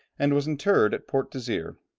and was interred at port desire.